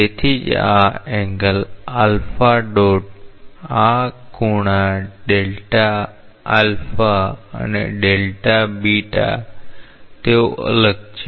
તેથી જ આ એંગલ આલ્ફા ડોટ આ ખૂણા ડેલ્ટા આલ્ફા અને ડેલ્ટા બીટા તેઓ અલગ છે